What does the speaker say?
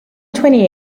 twenty